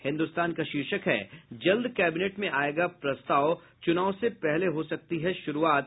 हिन्दुस्तान का शीर्षक है जल्द कैबिनेट में आयेगा प्रस्ताव चुनाव से पहले हो सकती है शुरूआत